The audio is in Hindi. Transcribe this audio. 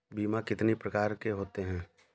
बीमा कितनी प्रकार के होते हैं?